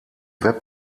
web